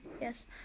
yes